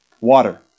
Water